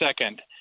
second